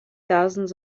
thousands